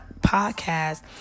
podcast